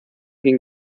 ging